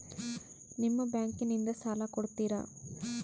ನಿಮ್ಮ ಬ್ಯಾಂಕಿನಿಂದ ಸಾಲ ಕೊಡ್ತೇರಾ?